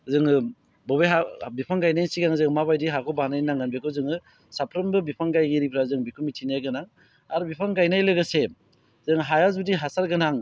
जोङो बबे हायाव बिफां गायनायनि सिगां जों माबायदि हाखौ बानायनांगोन बेखौ जोङो साफ्रोमबो बिफां गायगिरिफ्रा जों बिखौ मिथिनाया गोनां आरो बिफां गायनाय लोगोसे जों हाया जुदि हासार गोनां